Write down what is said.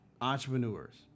entrepreneurs